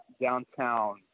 downtown